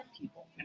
people